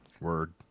Word